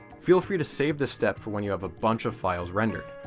feel free to save this step for when you have a bunch of files rendered.